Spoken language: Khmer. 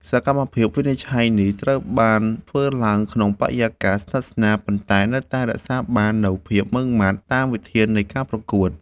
សកម្មភាពវិនិច្ឆ័យនេះត្រូវបានធ្វើឡើងក្នុងបរិយាកាសស្និទ្ធស្នាល ប៉ុន្តែនៅតែរក្សាបាននូវភាពម៉ឺងម៉ាត់តាមវិធាននៃការប្រកួត។